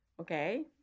okay